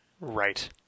Right